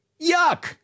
Yuck